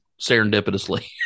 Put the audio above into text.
Serendipitously